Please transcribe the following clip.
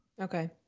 Okay